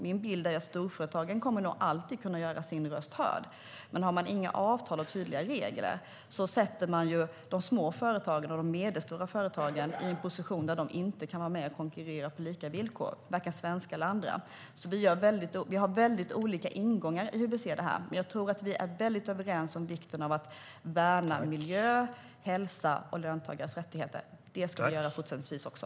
Min bild är att storföretagen nog alltid kommer att göra sina röster hörda, men har man inga avtal och tydliga regler sätter man ju de små och medelstora företagen i en position där de inte kan vara med och konkurrera på lika villkor, varken svenska eller andra. Vi har alltså väldigt olika ingångar i hur vi ser det här, men jag tror att vi är väldigt överens om vikten av att värna miljö, hälsa och löntagares rättigheter. Det ska vi göra fortsättningsvis också.